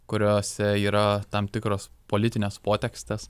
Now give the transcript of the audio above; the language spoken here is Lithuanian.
kuriose yra tam tikros politinės potekstės